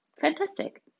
Fantastic